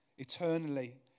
Eternally